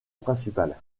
principale